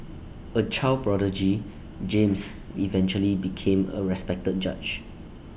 A child prodigy James eventually became A respected judge